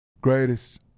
Greatest